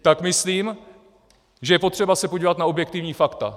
Tak myslím, že je potřeba se podívat na objektivní fakta.